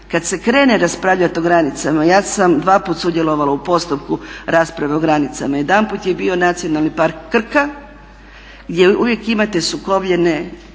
kad se krene raspravljati o granicama ja sam dva put sudjelovala u postupku rasprave o granicama. Jedanput je bio Nacionalni park Krka gdje uvijek imate sukobljene